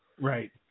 Right